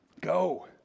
go